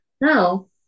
No